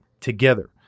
together